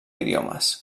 idiomes